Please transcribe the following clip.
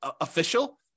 official